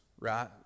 right